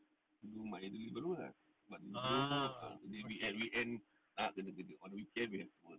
do my deliveroo lah but to do work lah so during weekend weekend nak kena kerja weekend we have to work